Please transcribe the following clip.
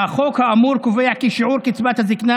והחוק האמור קובע כי שיעור קצבת הזקנה